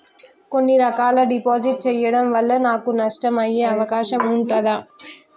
కొన్ని రకాల డిపాజిట్ చెయ్యడం వల్ల నాకు నష్టం అయ్యే అవకాశం ఉంటదా?